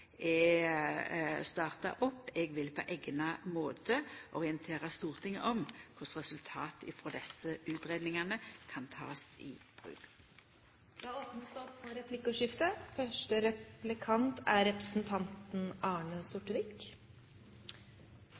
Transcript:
opp. Eg vil på eigna måte orientera Stortinget om korleis resultata frå desse utgreiingane kan takast i bruk. Det blir replikkordskifte. Statsråden har redegjort for svarene sine i det brevet som er